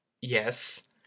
Yes